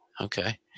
Okay